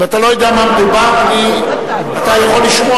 אם אתה לא יודע על מה מדובר, אתה יכול לשמוע.